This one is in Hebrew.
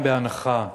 גם בהנחה,